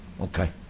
Okay